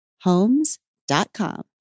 Homes.com